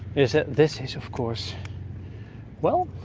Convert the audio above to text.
is that this is of course well.